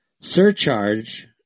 surcharge